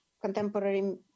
contemporary